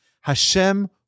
Hashem